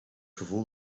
gevoel